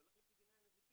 זה הולך לפי דיני נזיקין.